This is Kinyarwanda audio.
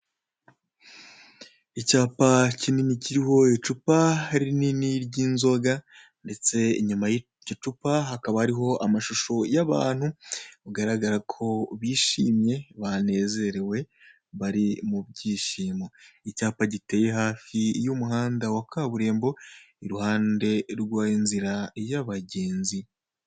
Icyapa kinini kiriho icupa rinini ry'inzoga ndetse inyuma y'iryo cupa hakaba hariho amashusho y'abantu bigaragara ko bishimye banezerewe bari mu byishimo. Icyapa giteye hafi y'umuhanda wa kaburimbo iruhande rw'inzira y'abagenzi.